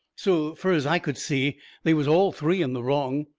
so fur as i could see they was all three in the wrong,